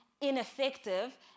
ineffective